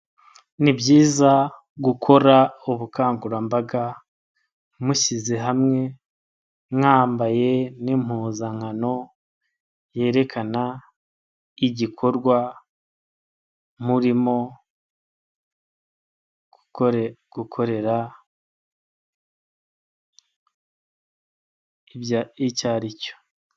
Ni byiza gukora ubukangurambaga mushyize hamwe, mwambaye n'impuzankano yerekana igikorwa murimo gukorera icyo ari cyo.